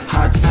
Hot